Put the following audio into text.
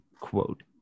quote